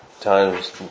times